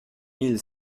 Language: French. mille